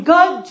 God